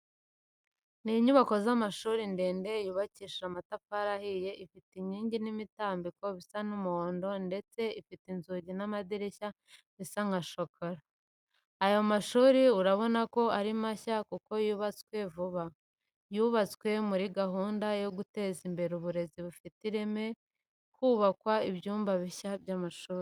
NI inyubako z'amashuri ndende yubakishije amatafari ahiye, ifite inkingi n'imitambiko bisa umuhondo ndetse ifite inzugi n'amadirishya bisa nka shokora. Ayo mashuri urabona ko ari mashya kuko yubatswe vuba. Yubatswe muri gahunda yo guteza imbere uburezi bufite ireme hubakwa ibyumba bishya b'amashuri.